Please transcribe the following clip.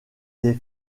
des